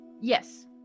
Yes